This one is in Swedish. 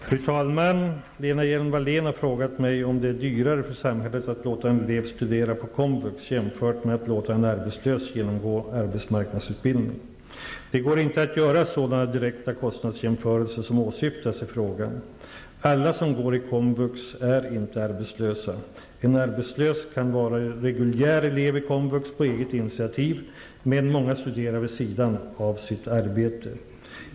Fru talman! Lena Hjelm-Wallén har frågat mig om det är dyrare för samhället att låta en elev studera på komvux jämfört med att låta en arbetslös genomgå arbetsmarknadsutbildning. Det går inte att göra sådana direkta kostnadsjämförelser som åsyftas i frågan. Alla som går i komvux är inte arbetslösa. En arbetslös kan vara reguljär elev i komvux på eget initiativ, men många studerar vid sidan av sitt arbete.